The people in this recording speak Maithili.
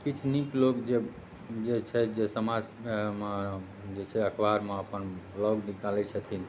किछु नीक लोक जे जे छथि जे समाजमे जे छै अखबारमे अपन ब्लॉग निकालै छथिन